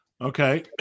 Okay